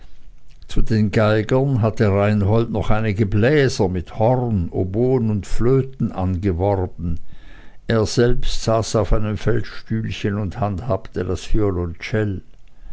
zu den geigern hatte reinhold noch einige bläser mit horn hoboen und flöte angeworben er selbst saß auf einem feldstühlchen und handhabte das